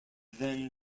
then